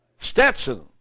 Stetson